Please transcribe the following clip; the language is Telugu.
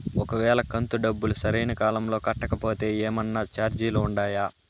ఒక వేళ కంతు డబ్బు సరైన కాలంలో కట్టకపోతే ఏమన్నా చార్జీలు ఉండాయా?